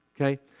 okay